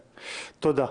תודה.